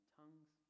tongues